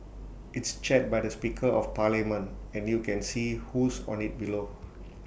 it's chaired by the speaker of parliament and you can see who's on IT below